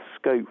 scope